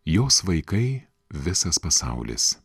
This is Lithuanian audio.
jos vaikai visas pasaulis